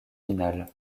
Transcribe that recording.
finales